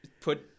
put